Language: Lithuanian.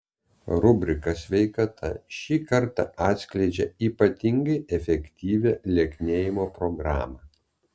rubrika sveikata šį kartą atskleidžia ypatingai efektyvią lieknėjimo programą